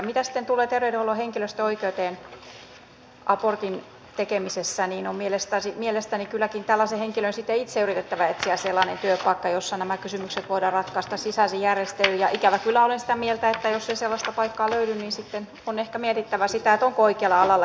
mitä sitten tulee terveydenhuollon henkilöstön oikeuteen abortin tekemisessä niin on mielestäni kylläkin tällaisen henkilön sitten itse yritettävä etsiä sellainen työpaikka jossa nämä kysymykset voidaan ratkaista sisäisin järjestelyin ja ikävä kyllä olen sitä mieltä että jos ei sellaista paikkaa löydy niin sitten on ehkä mietittävä sitä onko oikealla alalla